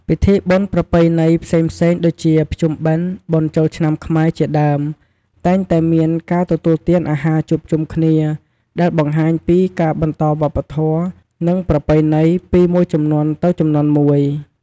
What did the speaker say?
ពិធីបុណ្យប្រពៃណីផ្សេងៗដូចជា ភ្ជុំបិណ្ឌ បុណ្យចូលឆ្នាំខ្មែរ ជាដើម តែងតែមានការទទួលទានអាហារជួបជុំគ្នា ដែលបង្ហាញពីការបន្តវប្បធម៌ និងប្រពៃណីពីមួយជំនាន់ទៅជំនាន់មួយ។